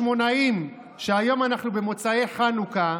מהחשמונאים, היום אנחנו במוצאי חנוכה,